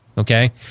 Okay